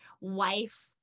wife